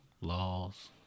laws